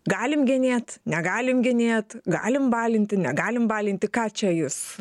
galim genėt negalim genėt galim balinti negalim balinti ką čia jūs